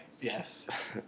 yes